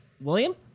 William